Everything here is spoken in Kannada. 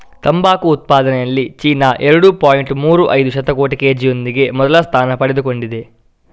ತಂಬಾಕು ಉತ್ಪಾದನೆಯಲ್ಲಿ ಚೀನಾ ಎರಡು ಪಾಯಿಂಟ್ ಮೂರು ಐದು ಶತಕೋಟಿ ಕೆ.ಜಿಯೊಂದಿಗೆ ಮೊದಲ ಸ್ಥಾನ ಪಡೆದುಕೊಂಡಿದೆ